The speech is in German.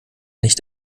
nicht